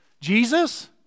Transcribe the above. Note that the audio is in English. Jesus